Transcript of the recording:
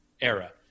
era